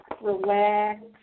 relax